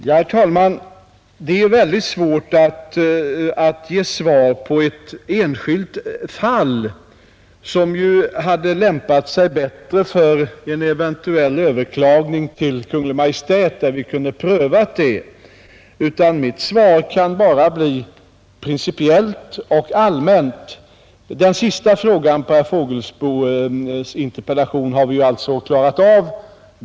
Herr talman! Det är väldigt svårt att ge svar i ett enskilt fall, som ju hade lämpat sig bättre för en eventuell överklagning till Kungl. Maj:t, så att vi kunde ha prövat det. Mitt svar kan bara bli principiellt och allmänt. Den sista frågan i herr Fågelsbos interpellation har vi alltså klarat av.